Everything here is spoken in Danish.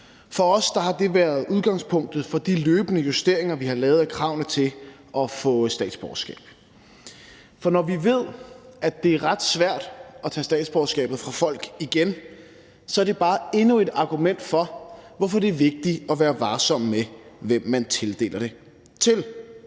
For os har det været udgangspunktet for de løbende justeringer, vi har lavet af kravene til at få statsborgerskab, for når vi ved, at det er ret svært at tage statsborgerskabet fra folk igen, er det bare endnu et argument for, at det er vigtigt at være varsom med, hvem man tildeler det.